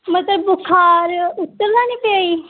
ਮਤਲਬ ਬੁਖ਼ਾਰ ਉੱਤਰਦਾ ਨਹੀਂ ਪਿਆ ਜੀ